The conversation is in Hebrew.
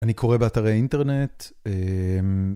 אני קורא באתרי אינטרנט, אה...